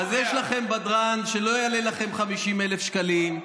אז יש לכם בדרן שלא יעלה לכם 50,000 שקלים.